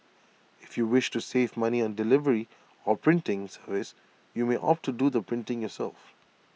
if you wish to save money on delivery or printing service you may opt to do the printing yourself